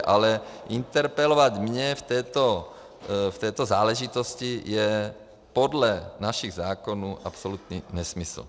Ale interpelovat mě v této záležitosti je podle našich zákonů absolutní nesmysl.